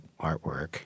artwork